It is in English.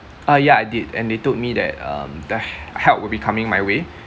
uh yeah I did and they told me that um the help will be coming my way